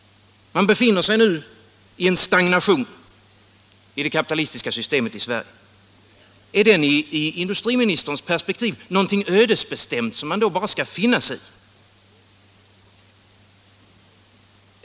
Det kapitalistiska systemet i Sverige befinner sig i stagnation. Är det i industriministerns perspektiv någonting ödesbestämt som man bara skall finna sig i?